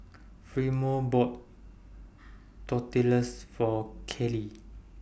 Fremont bought Tortillas For Kelly